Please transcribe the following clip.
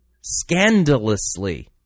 scandalously